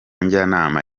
njyanama